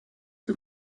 for